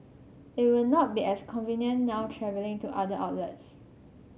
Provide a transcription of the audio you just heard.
it will not be as convenient now travelling to the other outlets